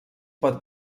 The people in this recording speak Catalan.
pot